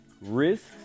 risks